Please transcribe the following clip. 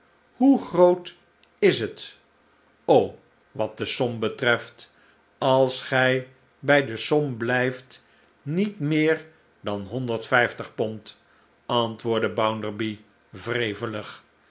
hoe groot is het wat de som betreft als gij bij de som blijft niet meer dan honderdvijftig pond antwoordde